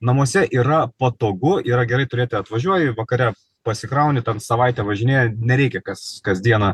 namuose yra patogu yra gerai turėti atvažiuoji vakare pasikrauni ten savaitę važinėji nereikia kas kas dieną